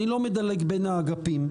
אני לא מדלג בין האגפים.